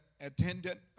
attendant